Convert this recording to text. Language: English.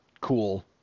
Cool